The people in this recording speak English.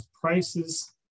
prices